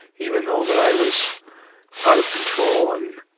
even though that i was out of control and,